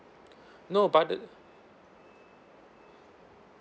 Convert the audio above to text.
no but the